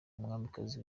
umwamikazi